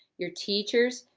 your teachers,